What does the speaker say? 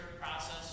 process